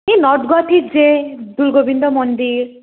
এই নৰ্থ গুৱাহাটীত যে দৌল গোবিন্দ মন্দিৰ